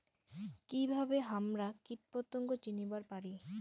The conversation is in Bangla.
কিভাবে হামরা কীটপতঙ্গ চিনিবার পারি?